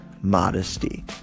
modesty